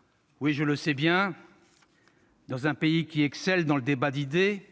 « Je le sais bien, dans un pays qui excelle dans le débat d'idées,